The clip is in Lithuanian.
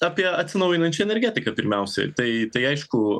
apie atsinaujinančią energetiką pirmiausiai tai tai aišku